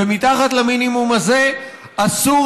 ומתחת למינימום הזה אסור